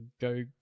go